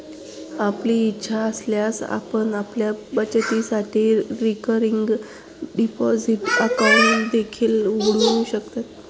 आपली इच्छा असल्यास आपण आपल्या बचतीसाठी रिकरिंग डिपॉझिट अकाउंट देखील उघडू शकता